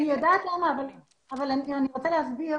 אני יודעת למה הוא נמוך אבל אני רוצה להסביר